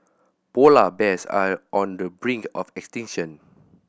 polar bears are on the brink of extinction